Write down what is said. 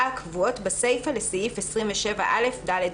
הקבועות בסיפא לסעיף 27א(ד)(1).".